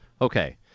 Okay